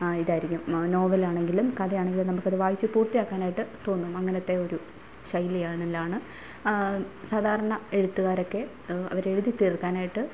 ഇതായിരിക്കും നോവലാണെങ്കിലും കഥയാണെങ്കിലും നമുക്ക് അത് വായിച്ച് പൂർത്തിയാക്കാനായിട്ട് തോന്നും അങ്ങനത്തെ ഒരു ശൈലിയാണ് ലാണ് സാധാരണ എഴുത്തുകാരൊക്കെ അവർ എഴുതി തീർക്കാനായിട്ട്